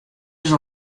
dus